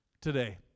today